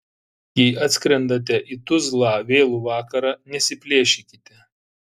jei atskrendate į tuzlą vėlų vakarą nesiplėšykite